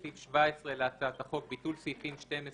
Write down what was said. בסעיף 17 להצעת החוק "ביטול סעיפים 12 ו-13.